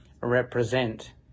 represent